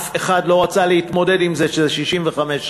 אף אחד לא רצה להתמודד עם זה 65 שנה,